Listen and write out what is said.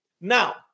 Now